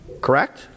Correct